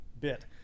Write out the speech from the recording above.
Bit